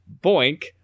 boink